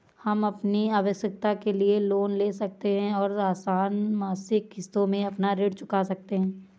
हम अपनी आवश्कता के लिए लोन ले सकते है और आसन मासिक किश्तों में अपना ऋण चुका सकते है